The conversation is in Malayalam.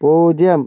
പൂജ്യം